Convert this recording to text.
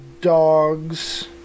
dog's